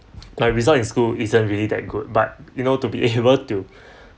my result in school isn't really that good but you know to be able to